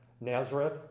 Nazareth